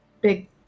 big